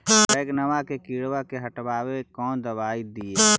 बैगनमा के किड़बा के हटाबे कौन दवाई दीए?